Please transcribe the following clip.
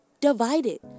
divided